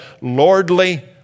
lordly